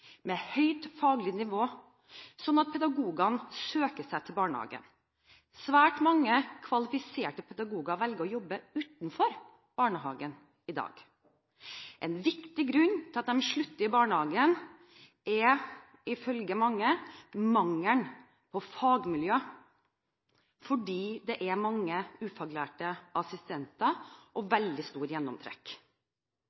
med høyt faglig nivå, sånn at pedagogene søker seg til barnehagene. Svært mange kvalifiserte pedagoger velger å jobbe utenfor barnehagen i dag. En viktig grunn til at de slutter i barnehagen er – ifølge mange – mangelen på et fagmiljø, fordi det er mange ufaglærte assistenter og